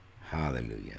hallelujah